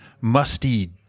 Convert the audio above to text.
Musty